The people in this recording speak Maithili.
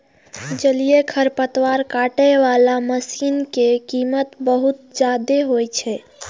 जलीय खरपतवार काटै बला मशीन के कीमत बहुत जादे होइ छै